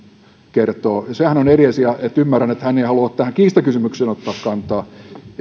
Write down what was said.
kertoo sehän on eri asia ja ymmärrän että hän ei halua tähän kiistakysymykseen ottaa kantaa ja